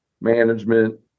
Management